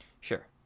Sure